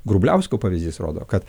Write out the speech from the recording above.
grubliausko pavyzdys rodo kad